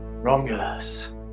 Romulus